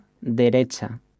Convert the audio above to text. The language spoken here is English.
derecha